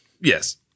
Yes